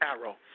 arrow